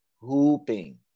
hooping